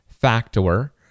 factor